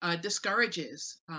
discourages